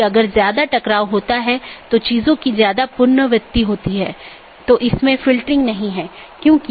यहाँ दो प्रकार के पड़ोसी हो सकते हैं एक ऑटॉनमस सिस्टमों के भीतर के पड़ोसी और दूसरा ऑटॉनमस सिस्टमों के पड़ोसी